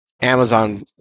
amazon